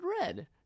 red